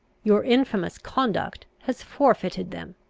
your infamous conduct has forfeited them.